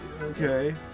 okay